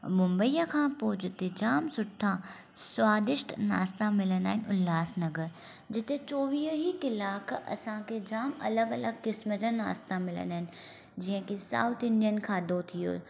मुंबईअ खां पोइ जिते जाम सुठा स्वादिष्ट नाश्ता मिलंदा आहिनि उल्हासनगर जिते चोवीह ई कलाक असांखे जाम अलॻि अलॻि क़िस्म जा नाश्ता मिलंदा आहिनि जीअं की साउथ इंडियन खाधो थी वियो